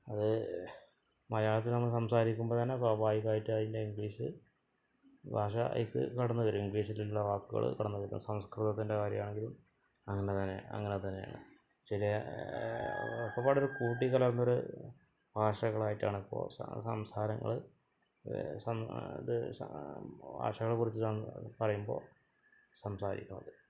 അത് മലയാളത്തിൽ നമ്മൾ സംസാരിക്കുമ്പോഴാണ് സ്വാഭാവികമായിട്ടും അതിന്റെ ഇംഗ്ലീഷ് ഭാഷക്ക് കടന്നു വരും ഇംഗ്ലീഷിലുള്ള വാക്കുകൾ കടന്നു വരുന്നത് സംസ്കൃതത്തിന്റെ കാര്യമാണെങ്കിലും അങ്ങനെ തന്നെയാണ് അങ്ങനെ തന്നെയാണ് ചിലെയ ഒരുപാട് ഒരു കൂട്ടിക്കലര്ന്നൊരു ഭാഷകളായിട്ടാണിപ്പോൾ സ സംസാരങ്ങൾ സം അത് സ ഭാഷകളെക്കുറിച്ച് സം പറയുമ്പോൽ സംസാരിക്കണത്